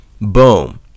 boom